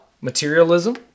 materialism